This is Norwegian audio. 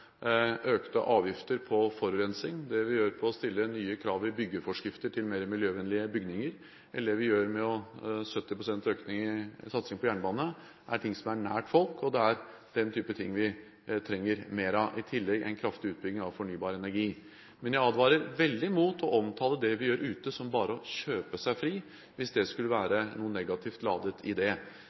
miljøvennlige bygninger, eller det vi gjør med 70 pst. økning i satsingen på jernbane, er ting som er nær folk, og som vi trenger mer av. I tillegg trenger vi en kraftig utbygging av fornybar energi. Jeg advarer veldig mot å omtale det vi gjør ute, som bare å kjøpe seg fri, hvis det skulle være noe negativt ladet